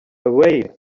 away